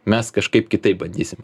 mes kažkaip kitaip bandysim